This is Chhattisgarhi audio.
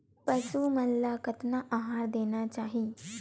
पशु मन ला कतना आहार देना चाही?